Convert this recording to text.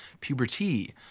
puberty